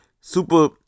super